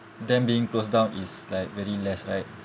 them being closed down is like very less right